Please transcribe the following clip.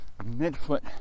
midfoot